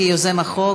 כיוזם החוק.